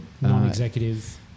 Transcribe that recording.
Non-executive